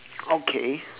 okay